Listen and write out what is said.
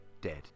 dead